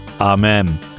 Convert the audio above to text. Amen